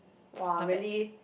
!wah! really